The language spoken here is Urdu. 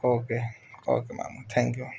اوکے اوکے ماموں تھینک یو